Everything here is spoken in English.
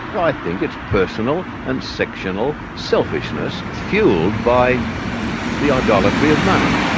i think it's personal and sectional selfishness fuelled by the idolatry of money,